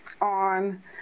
on